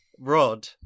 rod